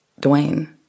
Dwayne